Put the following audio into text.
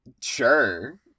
sure